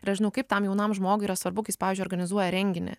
ir aš žinau kaip tam jaunam žmogui yra svarbu kai jis pavyzdžiui organizuoja renginį